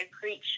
preach